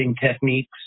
techniques